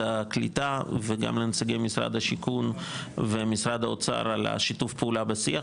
הקליטה וגם לנציגי משרד השיכון ומשרד האוצר על שיתוף הפעולה בשיח,